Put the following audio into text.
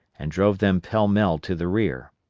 and drove them pell mell to the rear.